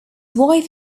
wife